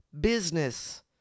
business